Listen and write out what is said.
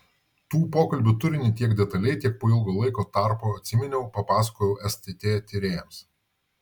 tų pokalbių turinį tiek detaliai kiek po ilgo laiko tarpo atsiminiau papasakojau stt tyrėjams